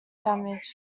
damaged